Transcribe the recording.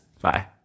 Bye